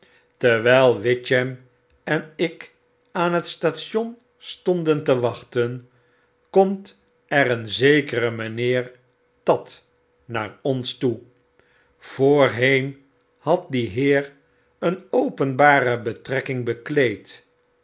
terwyl witchem en ik aan het station stonden te wachten komt er een zekere mynheer tatt naar ons toe voorheen had die heer een openbare betrekking bekleed